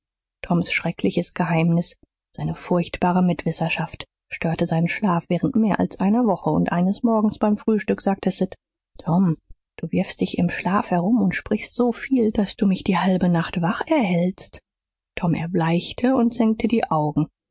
toms schreckliches geheimnis seine furchtbare mitwisserschaft störte seinen schlaf während mehr als einer woche und eines morgens beim frühstück sagte sid tom du wirfst dich im schlaf herum und sprichst so viel daß du mich die halbe nacht wach erhältst tom erbleichte und senkte die augen